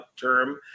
term